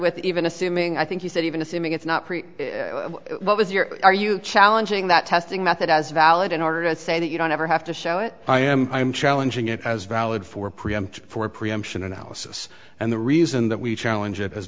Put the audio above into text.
with even assuming i think you said even assuming it's not create what was your are you challenging that testing method as valid in order to say that you don't ever have to show what i am i am challenging it as valid for preempt for preemption analysis and the reason that we challenge it as